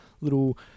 little